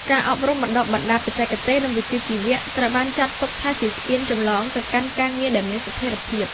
ការអប់រំបណ្ដុះបណ្ដាលបច្ចេកទេស និងវិជ្ជាជីវៈ ត្រូវបានចាត់ទុកថាជាស្ពានចម្លងទៅកាន់ការងារដែលមានស្ថិរភាព។